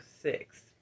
six